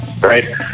right